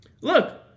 Look